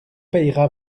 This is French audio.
payera